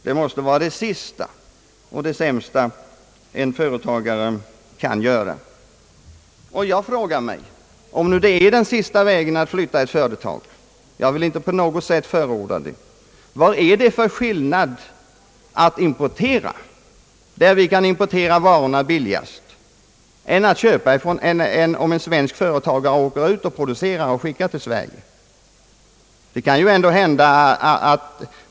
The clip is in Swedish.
Det måste vara det sista och det sämsta en företagare kan göra. Om det nu är den sista utvägen att flytta ett företag — jag vill inte på något sätt förorda det vad är det för skillnad om vi importerar varor, där vi kan få dem billigast, eller om en svensk företagare reser ut och producerar samma varor i utlandet för att sälja dem till Sverige?